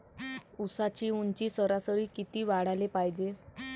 ऊसाची ऊंची सरासरी किती वाढाले पायजे?